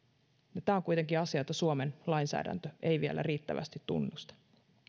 sisältyy tämä on kuitenkin asia jota suomen lainsäädäntö ei vielä riittävästi tunnusta